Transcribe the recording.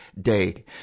day